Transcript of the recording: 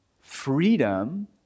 Freedom